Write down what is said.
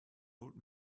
old